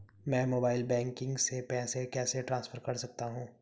मैं mobile banking से पैसे कैसे ट्रांसफर कर सकता हूं?